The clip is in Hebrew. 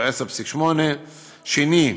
10.8% 14.3%,